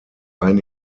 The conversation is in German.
ein